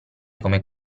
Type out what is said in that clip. come